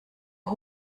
ida